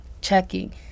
checking